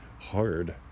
hard